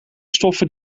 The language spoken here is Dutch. stoffen